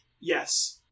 yes